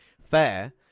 fair